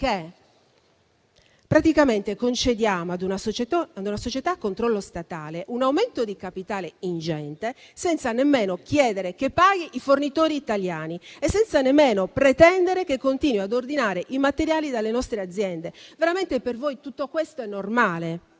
perché? Praticamente concediamo a una società a controllo statale un aumento di capitale ingente senza nemmeno chiedere che paghi i fornitori italiani e senza nemmeno pretendere che continui a ordinare i materiali dalle nostre aziende. Veramente per voi tutto questo è normale?